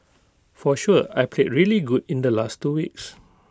for sure I played really good in the last two weeks